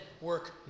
work